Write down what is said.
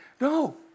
no